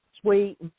sweet